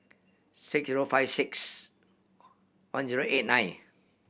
six zero five six one zero eight nine